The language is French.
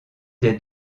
des